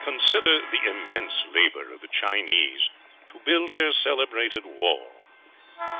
consider the immense labour of the chinese to build their celebrated wall